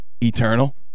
eternal